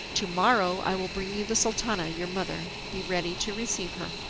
to-morrow i will bring you the sultana your mother. be ready to receive her.